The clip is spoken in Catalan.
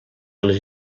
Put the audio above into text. les